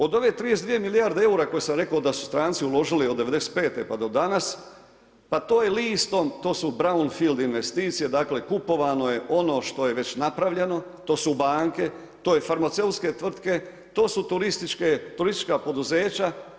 Od ove 32 milijarde eura koje sam rekao da su stranci uložili od '95. pa do danas, pa to je listom, to su brownfield investicije, dakle kupovano je ono što je već napravljeno, to su banke, to su farmaceutske tvrtke, to su turistička poduzeća.